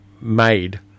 made